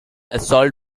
assault